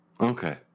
Okay